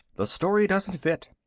the story doesn't fit.